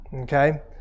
Okay